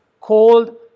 cold